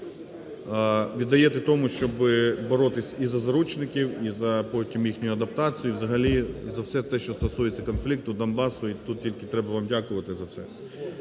віддає тому, щоби боротись і за заручників, і за потім їхню адаптацію, взагалі за все те, що стосується конфлікту, Донбасу. І тут тільки треба вам дякувати за це.